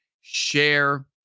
share